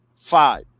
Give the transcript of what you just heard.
five